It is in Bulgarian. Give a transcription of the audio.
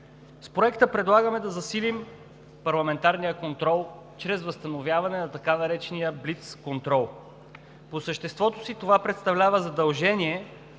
С Проекта предлагаме да засилим парламентарния контрол чрез възстановяване на така наречения блицконтрол. По съществото си това представлява задължение